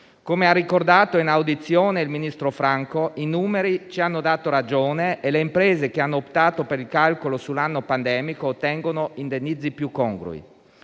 Come ha ricordato in audizione il ministro Franco, i numeri ci hanno dato ragione e le imprese che hanno optato per il calcolo sull'anno pandemico ottengono indennizzi più congrui.